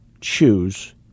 choose